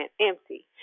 empty